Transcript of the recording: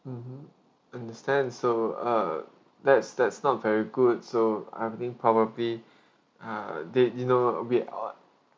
mmhmm understand so uh that's that's not very good so I think probably uh they you know we uh